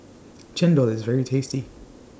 Chendol IS very tasty